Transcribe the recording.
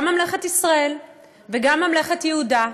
גם ממלכת ישראל וגם ממלכת יהודה.